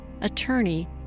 attorney